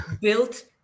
built